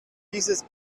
dieses